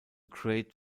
great